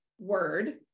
word